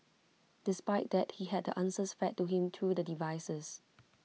despite that he had the answers fed to him through the devices